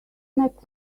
met